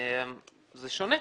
זה שונה.